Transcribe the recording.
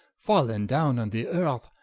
falne downe on the earth,